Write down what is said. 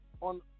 on